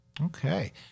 Okay